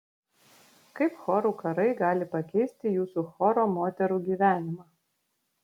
kaip chorų karai gali pakeisti jūsų choro moterų gyvenimą